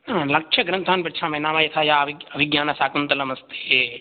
लक्ष्यग्रन्थान् पृच्छामि नाम यथा या अबि अभिज्ञानशाकुन्तलमस्ति